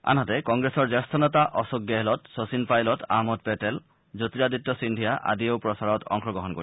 আনহাতে কংগ্ৰেছৰ জ্যেষ্ঠ নেতা অশোক গেহলট শচীন পাইলট আহমদ পেটেল জ্যোতিৰাদিত্য সিন্ধিয়া আদিয়েও প্ৰচাৰত অংশগ্ৰহণ কৰিব